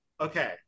Okay